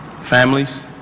Families